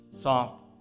soft